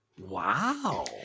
Wow